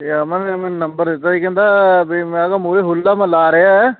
ਅਤੇ ਅਮਨ ਨੇ ਮੈਨੂੰ ਨੰਬਰ ਦਿਤਾ ਸੀ ਕਹਿੰਦਾ ਵੀ ਮੈਂ ਕਿਹਾ ਮੂਹਰੇ ਹੋਲਾ ਮਹੱਲਾ ਆ ਰਿਹਾ